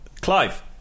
Clive